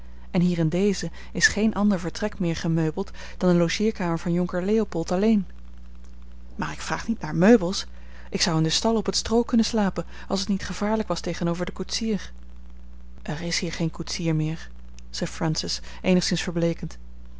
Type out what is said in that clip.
en hier in dezen is geen ander vertrek meer gemeubeld dan de logeerkamer van jonker leopold alleen maar ik vraag niet naar meubels ik zou in den stal op het stroo kunnen slapen als het niet gevaarlijk was tegenover den koetsier er is hier geen koetsier meer zei francis eenigszins verbleekend